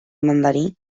mandarín